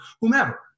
whomever